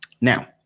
Now